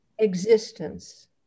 Existence